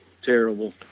terrible